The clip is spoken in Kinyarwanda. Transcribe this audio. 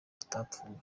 atapfuye